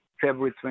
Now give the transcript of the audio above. February